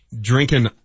drinking